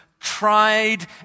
tried